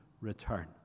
return